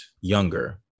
younger